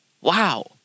wow